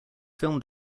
film